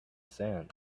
sand